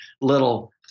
little